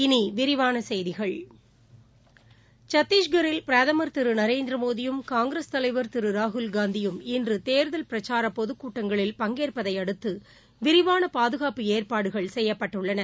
இனிவிரிவானசெய்திகள் சத்திஷ்கில் பிரதமா் திருநரேந்திரமோடியும் காங்கிரஸ் தலைவா் திருராகுல்காந்தியும் இன்றுதோ்தல் பிரச்சாரபொதுக்கூட்டங்களில் பங்கேற்பதைஅடுத்து விரிவானபாதுகாப்பு ஏற்பாடுகள் செய்யப்பட்டுள்ளன